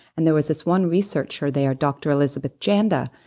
and there was this one researcher there, dr elizabeth janda,